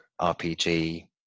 RPG